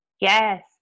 Yes